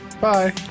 Bye